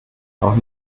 auch